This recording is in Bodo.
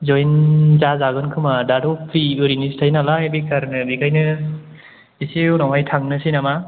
जयेन जाजागोन खोमा दाथ' फ्रि ओरैनोसो थायो नालाय बेखार बेखायनो एसे उनावहाय थांनोसै नामा